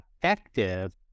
effective